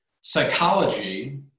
psychology